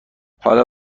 حالا